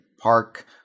Park